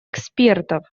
экспертов